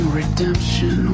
redemption